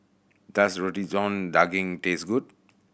does Roti John Daging taste good